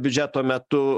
biudžeto metu